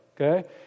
okay